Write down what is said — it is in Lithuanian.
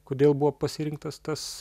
kodėl buvo pasirinktas tas